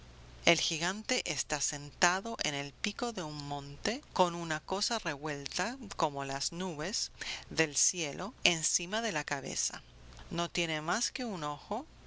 el gigante está sentado en el pico de un monte con una cosa revuelta como las nubes del cielo encima de la cabeza no tiene más que un ojo